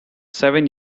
seven